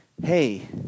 Hey